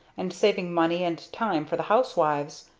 and saving money and time for the housewives.